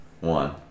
one